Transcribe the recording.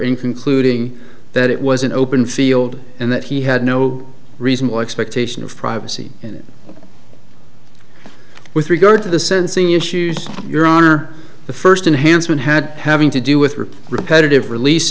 concluding that it was an open field and that he had no reasonable expectation of privacy and with regard to the sensing issues your honor the first enhanced one had having to do with rip repetitive release